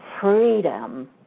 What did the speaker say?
freedom